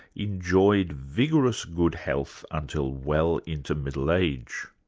enjoyed vigorous good health until well into middle age.